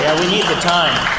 and we need the time!